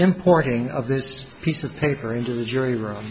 importing of this piece of paper into the jury room